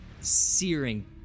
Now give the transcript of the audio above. searing